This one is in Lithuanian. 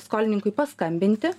skolininkui paskambinti